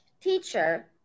teacher